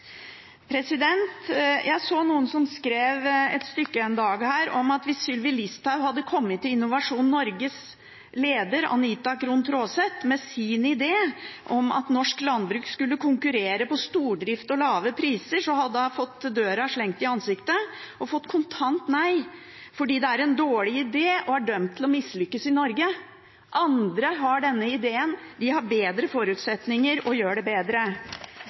Jeg så noen som skrev et stykke her en dag om at hvis Sylvi Listhaug hadde kommet til Innovasjon Norges leder, Anita Krohn Traaseth, med sin idé om at norsk landbruk skulle konkurrere på stordrift og lave priser, hadde hun fått døra slengt i ansiktet og fått kontant nei, fordi det er en dårlig idé, som er dømt til å mislykkes i Norge. Andre har denne ideen – de har bedre forutsetninger og gjør det bedre.